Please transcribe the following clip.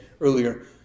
earlier